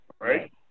right